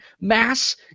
mass